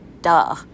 Duh